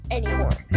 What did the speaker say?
anymore